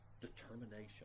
determination